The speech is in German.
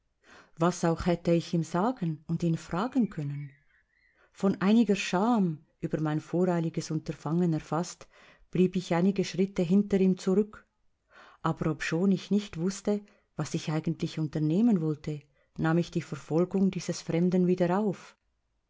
was auch hätte ich ihm sagen und ihn fragen können von einiger scham über mein voreiliges unterfangen erfaßt blieb ich einige schritte hinter ihm zurück aber obschon ich nicht wußte was ich eigentlich unternehmen wollte nahm ich die verfolgung dieses fremden wieder auf